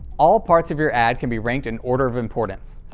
all parts of your ad can be ranked in order of importance.